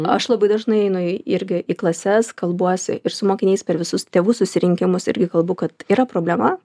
aš labai dažnai einu irgi į klases kalbuosi ir su mokiniais per visus tėvų susirinkimus irgi kalbu kad yra problema